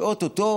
ואו-טו-טו